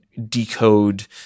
decode